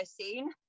scene